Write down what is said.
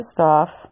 off